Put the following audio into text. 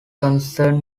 concern